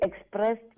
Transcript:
expressed